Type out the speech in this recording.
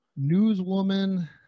Newswoman